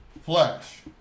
Flash